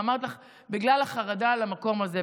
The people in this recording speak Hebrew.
ואמרתי לך: בגלל החרדה למקום הזה,